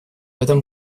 этом